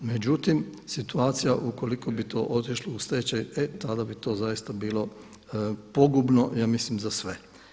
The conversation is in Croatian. Međutim, situacija ukoliko bi to otišlo u stečaj, e tada bi to zaista bilo pogubno ja mislim za sve.